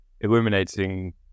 illuminating